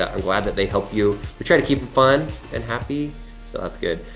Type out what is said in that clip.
i'm glad that they help you. we try to keep them fun and happy, so that's good.